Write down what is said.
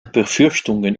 befürchtungen